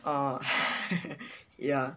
ah yeah